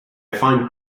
find